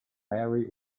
mary